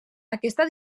aquesta